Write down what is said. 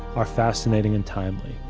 are fascinating and timely.